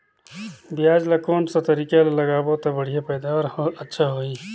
पियाज ला कोन सा तरीका ले लगाबो ता बढ़िया पैदावार अच्छा होही?